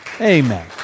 Amen